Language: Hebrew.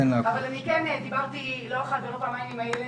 אבל דיברתי עם לא פעם ולא פעמיים עם איילת,